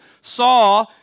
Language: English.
saw